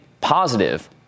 positive